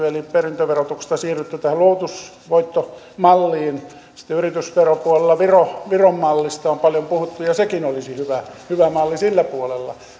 eli perintöverotuksesta on siirrytty tähän luovutusvoittomalliin sitten yritysveropuolella viron mallista on paljon puhuttu ja sekin olisi hyvä hyvä malli sillä puolella